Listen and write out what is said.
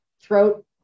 throat